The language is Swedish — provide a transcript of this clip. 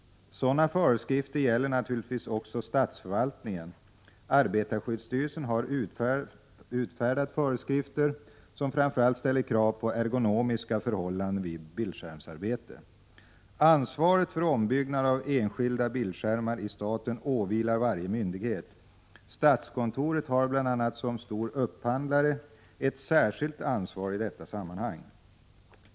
Sådana föreskrifter gäller naturligtvis också statsförvaltningen. Arbetarskyddsstyrelsen har utfärdat föreskrifter som framför allt ställer krav på ergonomiska förhållanden vid bildskärmsarbete. Ansvaret för ombyggnad av enskilda bildskärmar i staten åvilar varje myndighet. Statskontoret har bl.a. som stor upphandlare ett särskilt ansvar i detta sammanhang.